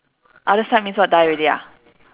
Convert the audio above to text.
other side means what die already ah